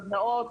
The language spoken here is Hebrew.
סדנאות